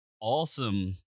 awesome